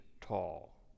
tall